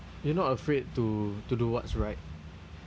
you're not afraid to to do what's right